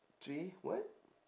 three what